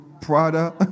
Prada